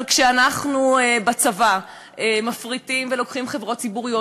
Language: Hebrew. אבל כשבצבא אנחנו מפריטים ולוקחים חברות ציבוריות,